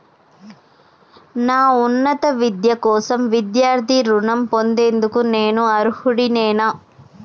నా ఉన్నత విద్య కోసం విద్యార్థి రుణం పొందేందుకు నేను అర్హుడినేనా?